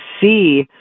see